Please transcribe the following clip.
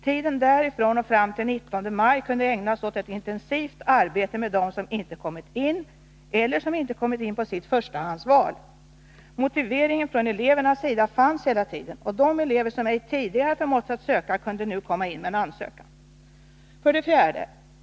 Tiden därifrån och fram till den 19 maj kunde ägnas åt ett intensivt arbete med dem som inte kommit in eller som inte kommit in på sitt förstahandsval. Motiveringen från elevernas sida fanns hela tiden, och de elever som ej tidigare hade förmåtts att söka kunde nu komma in med en ansökan. 4.